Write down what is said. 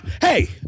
hey